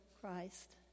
Christ